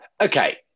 Okay